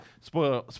spoiler